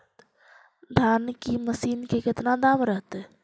धान की मशीन के कितना दाम रहतय?